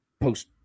post